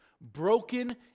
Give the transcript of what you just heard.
broken